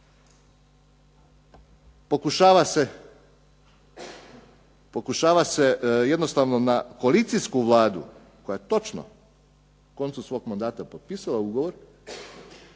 Pokušava se jednostavno na koalicijsku Vladu koja je točno na koncu svog mandata potpisala ugovor,